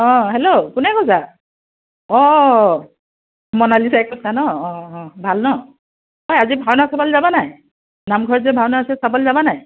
অ' hello কোনে কৈছা অ' মনালিছাই কৈছা ন অ' অ' ভাল ন আজি ভাওনা চাবলৈ যাবা নাই নামঘৰত যে ভাওনা আছে চাবলৈ যাবা নাই